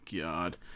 God